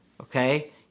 Okay